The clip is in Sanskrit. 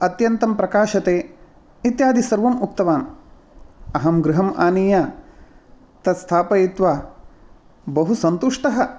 अत्यन्तं प्रकाशते इत्यादि सर्वम् उक्तवान् अहं गृहम् आनीय तत् स्थापयित्त्वा बहु सन्तुष्टः